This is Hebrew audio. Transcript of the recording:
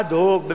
אד-הוק,